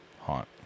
haunt